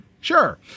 Sure